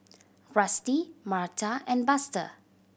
Rusty Marta and Buster